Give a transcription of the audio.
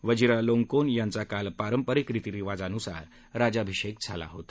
Vajiralongkorn यांचा काल पारंपरिक रितीरिवाजानुसार राज्याभिषेक झाला होता